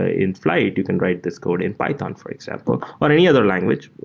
ah in flyte, you can write this code in python, for example, or any other language.